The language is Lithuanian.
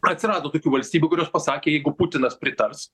atsirado tokių valstybių kurios pasakė jeigu putinas pritars